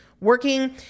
working